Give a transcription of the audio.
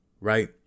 right